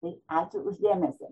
tai ačiū už dėmesį